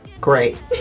Great